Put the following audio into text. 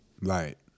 Right